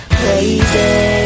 crazy